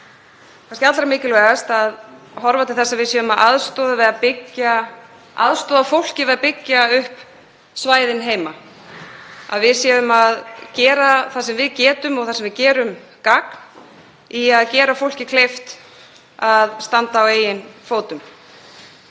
kannski allra mikilvægast að horfa til þess að við séum að aðstoða fólk við að byggja upp svæðið heima, að við séum að gera það sem við getum og þar sem við gerum gagn í að gera fólki kleift að standa á eigin fótum.